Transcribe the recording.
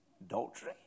adultery